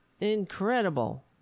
incredible